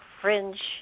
fringe